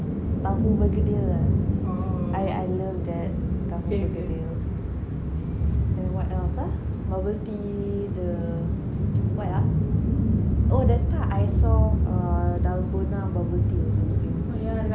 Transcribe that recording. tauhu bergedil lah I I love that tauhu bergedil then what else ah bubble tea the what ah oh that time I saw err dalgona bubble tea or something